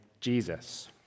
Jesus